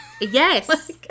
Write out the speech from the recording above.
Yes